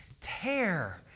tear